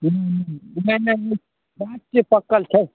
नहि नहि नहि समुचे पाकल छै